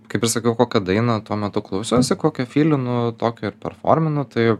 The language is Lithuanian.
kaip ir sakiau kokią dainą tuo metu klausausi kokią fylinu tokią ir performinu tai